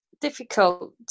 Difficult